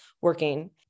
working